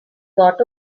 got